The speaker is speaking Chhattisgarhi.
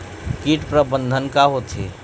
कीट प्रबंधन का होथे?